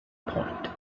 point